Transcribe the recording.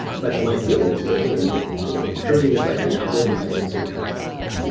but the mycelium is living and you know fruiting is like an apple. it comes at certain times of the year,